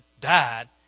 died